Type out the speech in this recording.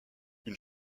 une